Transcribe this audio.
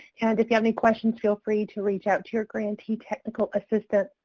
and if you have any questions, feel free to reach out to your grantee technical assistant.